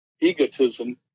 egotism